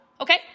Okay